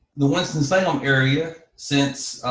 the winston-salem area since,